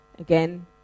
Again